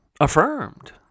affirmed